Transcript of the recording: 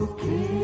Okay